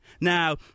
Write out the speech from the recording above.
Now